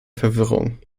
verwirrung